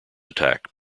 attack